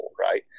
right